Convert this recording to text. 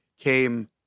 came